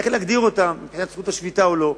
איך להגדיר אותם מבחינת זכות השביתה או לא.